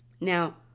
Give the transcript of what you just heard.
Now